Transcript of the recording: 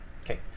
Okay